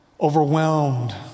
overwhelmed